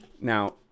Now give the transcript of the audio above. Now